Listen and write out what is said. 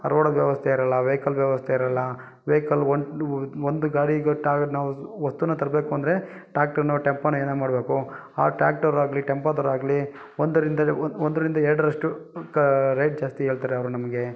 road ವ್ಯವಸ್ಥೆ ಇರಲ್ಲ vehicle ವ್ಯವಸ್ಥೆ ಇರಲ್ಲ ವೆಯ್ಕಲ್ ಒಂದು ಗಾಡಿ ನಾವು ವಸ್ತುನ ತರಬೇಕು ಅಂದರೆ ಟ್ಯಾಕ್ಟ್ರನ್ನೋ ಟೆಂಪೋನೊ ಏನೋ ಮಾಡಬೇಕು ಆ ಟ್ಯಾಕ್ಟರ್ ಆಗಲಿ ಟೆಂಪೋದರಾಗಲಿ ಒಂದರಿಂದ ಒಂದರಿಂದ ಎರಡರಷ್ಟು ಕ ರೇಟ್ ಜಾಸ್ತಿ ಹೇಳ್ತಾರೆ ಅವರು ನಮಗೆ